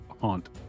haunt